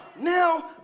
now